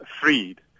freed